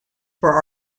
for